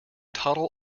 toddle